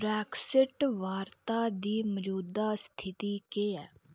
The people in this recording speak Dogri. ब्रेक्सिट वार्ता दी मजूदा स्थिति केह् ऐ